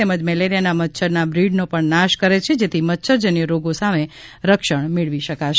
તેમજ મેલેરિયાના મચ્છરના બ્રીડનો પણ નાશ કરે છે જેથી મચ્છરજન્ય રોગો સામે રક્ષણ મેળવી શકાશે